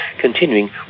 continuing